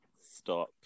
Stop